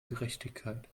gerechtigkeit